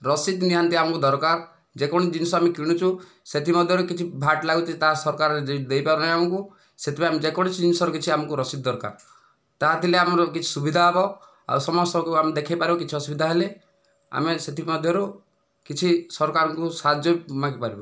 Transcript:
ରସିଦ ନିହାତି ଆମକୁ ଦରକାର ଯେକୌଣସି ଜିନିଷ ଆମେ କିଣୁଛୁ ସେଥିମଧ୍ୟରୁ କିଛି ଭ୍ୟାଟ୍ ଲାଗୁଛି ତାହା ସରକାର କିଛି ଦେଇପାରୁନି ଆମକୁ ସେଥିପାଇଁ ଆମେ ଯେକୌଣସି ଜିନିଷରେ କିଛି ଆମକୁ ରସିଦ ଦରକାର ତାହା ଥିଲେ ଆମର କିଛି ସୁବିଧା ହେବ ଆଉ ସମସ୍ତଙ୍କୁ ଆମେ ଦେଖେଇ ପାରିବୁ କିଛି ଅସୁବିଧା ହେଲେ ଆମେ ସେଥି ମଧ୍ୟରୁ କିଛି ସରକାରଙ୍କୁ ସାହାଯ୍ୟ ମାଗି ପାରିବୁ